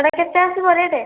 ସେଗୁଡ଼ା କେତେ ଆସିବ ରେଟ